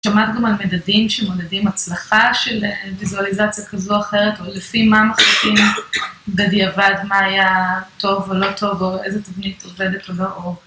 שמעת גם על מדדים שמודדים הצלחה של פיזואליזציה כזו או אחרת, או לפי מה מחכים בדיעבד, מה היה טוב או לא טוב, או איזה תבנית עובדת או לא?